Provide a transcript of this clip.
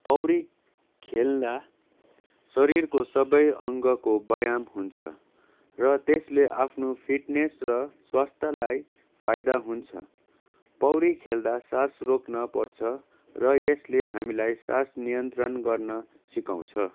पौडी खेल्दा शरीरको सबै अङ्गको व्यायाम हुन्छ र त्यसले आफ्नो फिटनेस र स्वास्थ्यलाई फाइदा हुन्छ पौडी खेल्दा सास रोक्न पर्छ र यसले हामीलाई सास नियन्त्रण गर्न सिकाउँछ